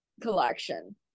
collection